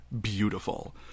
beautiful